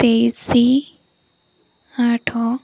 ତେଇଶ ଆଠ